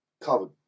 covered